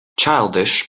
childish